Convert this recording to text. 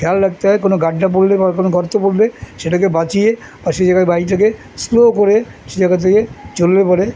খেয়াল রাখতে হয় কোনো গাড্ডা পড়লে বা কোনো গর্তে পড়লে সেটাকে বাঁচিয়ে আর সে জায়গায় বাড়ি থেকে স্লো করে সে জায়গা থেকে চললে পড়ে